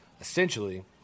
essentially